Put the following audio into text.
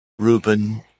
Reuben